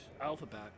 alphabet